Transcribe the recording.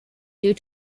due